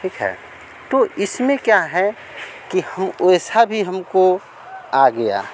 ठिक है तो इसमें क्या है कि कि हम वैसा भी हमको आ गया